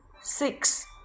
Six